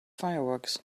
fireworks